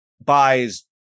buys